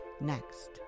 next